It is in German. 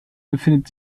befindet